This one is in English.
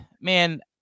man